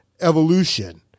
evolution